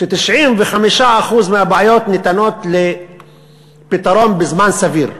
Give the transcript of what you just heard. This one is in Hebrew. ש-95% מהבעיות ניתנות לפתרון בזמן סביר,